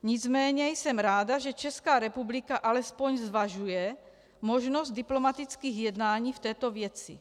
Nicméně jsem ráda, že Česká republika alespoň zvažuje možnost diplomatických jednání v této věci.